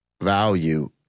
value